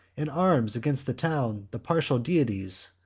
and arms against the town the partial deities.